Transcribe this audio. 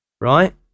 right